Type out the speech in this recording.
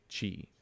chi